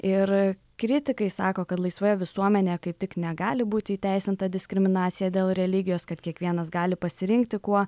ir kritikai sako kad laisvoje visuomenėje kaip tik negali būti įteisinta diskriminacija dėl religijos kad kiekvienas gali pasirinkti kuo